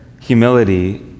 humility